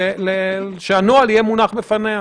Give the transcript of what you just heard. פה שהנוהל יהיה מונח בפניה.